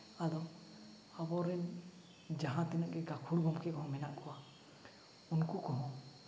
ᱟᱫᱚ ᱟᱵᱚᱨᱮᱱ ᱡᱟᱦᱟᱸ ᱛᱤᱱᱟᱹᱜ ᱜᱮ ᱜᱟᱹᱠᱷᱩᱲ ᱜᱚᱢᱠᱮ ᱠᱚᱦᱚᱸ ᱢᱮᱱᱟᱜ ᱠᱚᱣᱟ ᱩᱱᱠᱩ ᱠᱚᱦᱚᱸ